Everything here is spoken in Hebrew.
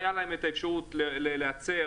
הייתה להם אפשרות לייצר